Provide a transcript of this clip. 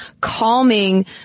calming